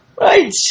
right